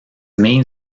main